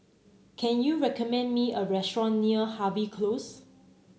can you recommend me a restaurant near Harvey Close